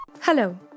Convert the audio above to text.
Hello